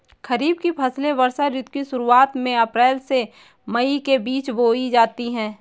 खरीफ की फसलें वर्षा ऋतु की शुरुआत में अप्रैल से मई के बीच बोई जाती हैं